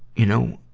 you know,